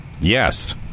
Yes